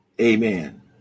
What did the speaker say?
Amen